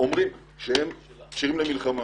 אומרים שהם כשירים למלחמה.